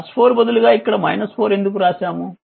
4 బదులుగా ఇక్కడ 4 ఎందుకు వ్రాసాము